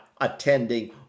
attending